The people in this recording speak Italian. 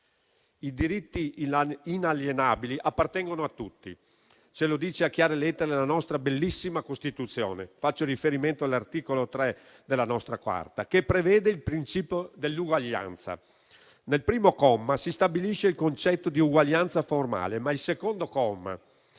I diritti inalienabili appartengono a tutti. Ce lo dice a chiare lettere la nostra bellissima Costituzione. Faccio riferimento all'articolo 3 della nostra Carta, che prevede il principio dell'uguaglianza. Al primo comma si stabilisce il concetto di uguaglianza formale, ma il secondo comma,